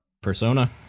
Persona